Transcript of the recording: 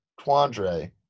Quandre